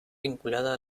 vinculada